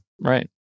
right